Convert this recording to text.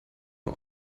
nur